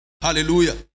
Hallelujah